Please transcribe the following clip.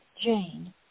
Jane